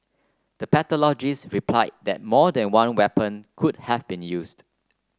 the pathologists replied that more than one weapon could have been used